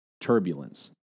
turbulence